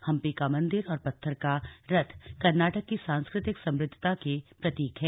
हंपी का मंदिर और पत्थर का रथ कर्नाटक की सांस्कृतिक समृद्धता के प्रतीक हैं